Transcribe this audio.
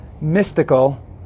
mystical